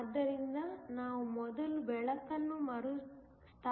ಆದ್ದರಿಂದ ನಾವು ಮೊದಲು ಬೆಳಕನ್ನು ಮರುಸ್ಥಾಪಿಸುತ್ತೇವೆ